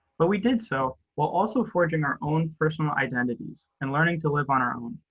but we did so while also forging our own personal identities and learning to live on our own,